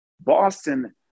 Boston